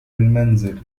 المنزل